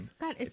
God